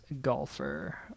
golfer